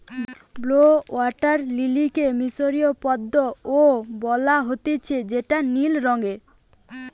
blue water লিলিকে মিশরীয় পদ্ম ও বলা হতিছে যেটা নীল রঙের